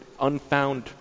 unfound